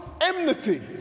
enmity